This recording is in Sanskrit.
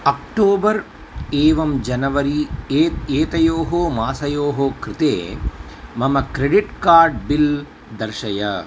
अक्टोबर् एवं जनवरी एत् एतयोः मासयोः कृते मम क्रेडिट् कार्ड् बिल् दर्शय